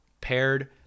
paired